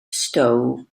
stow